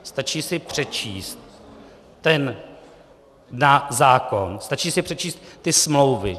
Stačí si přečíst zákon, stačí si přečíst ty smlouvy.